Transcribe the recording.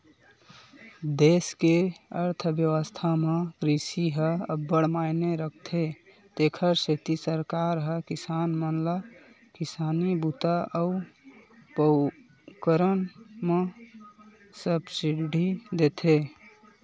देस के अर्थबेवस्था म कृषि ह अब्बड़ मायने राखथे तेखर सेती सरकार ह किसान मन ल किसानी बूता अउ उपकरन म सब्सिडी देथे